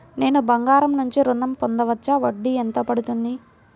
నేను బంగారం నుండి ఋణం పొందవచ్చా? వడ్డీ ఎంత పడుతుంది?